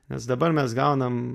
nes dabar mes gaunam